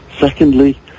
Secondly